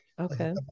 okay